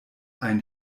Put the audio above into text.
ein